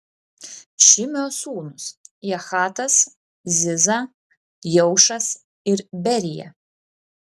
šimio sūnūs jahatas ziza jeušas ir berija